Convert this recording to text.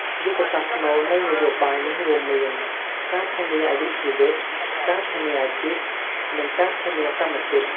យុទ្ធសាស្ត្រស្នូលនៃនយោបាយនេះរួមមាន ការធានាអាយុជីវិត ការធានាអាជីព និងការធានាកម្មសិទ្ធិ។